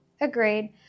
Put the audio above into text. Agreed